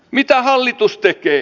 mitä hallitus tekee